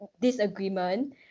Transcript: disagreement